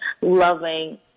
loving